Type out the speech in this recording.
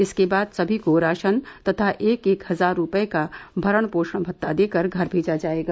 इसके बाद सभी को राशन तथा एक एक हजार रूपये का भरण पोषण भत्ता देकर घर भेजा जायेगा